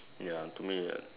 ya to me